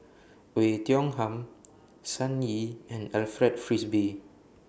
Oei Tiong Ham Sun Yee and Alfred Frisby